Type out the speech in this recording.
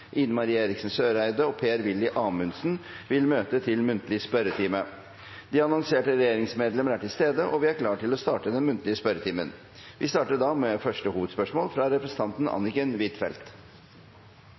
Ine M. Eriksen Søreide og Per-Willy Amundsen vil møte til muntlig spørretime. De annonserte regjeringsmedlemmer er til stede, og vi er klar til å starte den muntlige spørretimen. Vi starter da med første hovedspørsmål, fra representanten